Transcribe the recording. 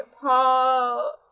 Paul